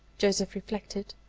joseph reflected,